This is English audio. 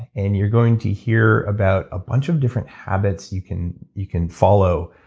and you're going to hear about a bunch of different habits you can you can follow,